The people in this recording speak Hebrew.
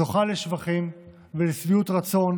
זוכה לשבחים ולשביעות רצון